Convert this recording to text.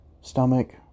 stomach